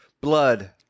Blood